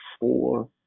four